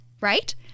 right